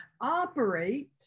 operate